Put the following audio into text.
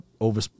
over